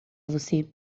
você